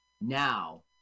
Now